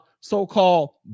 so-called